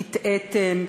הטעיתם,